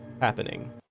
happening